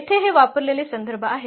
येथे हे वापरलेले संदर्भ आहेत